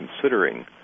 considering